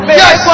yes